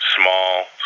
small